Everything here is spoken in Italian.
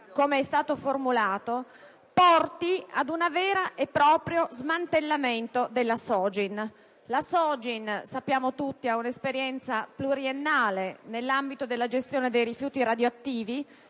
come è stato formulato, porti ad un vero e proprio smantellamento della Sogin, che, sappiamo tutti, ha un'esperienza pluriennale nell'ambito della gestione dei rifiuti radioattivi.